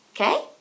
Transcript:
Okay